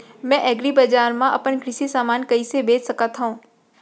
मैं एग्रीबजार मा अपन कृषि समान कइसे बेच सकत हव?